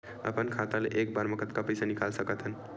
अपन खाता ले एक बार मा कतका पईसा निकाल सकत हन?